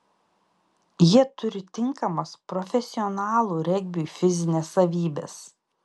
jie turi tinkamas profesionalų regbiui fizines savybes